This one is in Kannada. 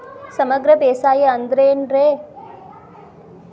ಸಮಗ್ರ ಬೇಸಾಯ ಅಂದ್ರ ಏನ್ ರೇ?